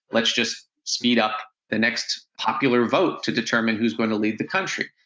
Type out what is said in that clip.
let's just speed up the next popular vote to determine who's going to lead the country.